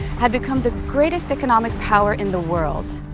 had become the greatest economic power in the world.